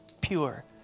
pure